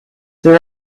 there